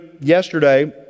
yesterday